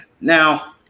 now